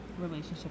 relationship